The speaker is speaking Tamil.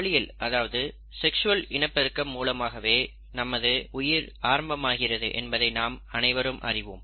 பாலியல் அதாவது செக்ஸ்வல் இனப்பெருக்கம் மூலமாகவே நமது உயிர் ஆரம்பமாகிறது என்பதை நாம் அனைவரும் அறிவோம்